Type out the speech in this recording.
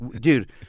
dude